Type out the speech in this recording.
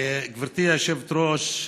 גברתי היושבת-ראש,